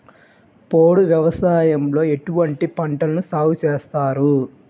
పోడు వ్యవసాయంలో ఎటువంటి పంటలను సాగుచేస్తారు?